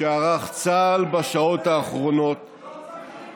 שערך צה"ל בשעות האחרונות עולה, לא צריך להצטדק.